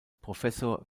professor